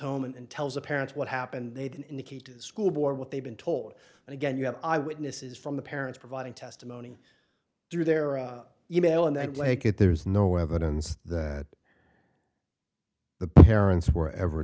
home and tells the parents what happened they did indicate to the school board what they've been told and again you have eyewitnesses from the parents providing testimony through their own e mail and that blanket there's no evidence that the parents were ever